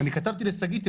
אני כתבתי לשגית,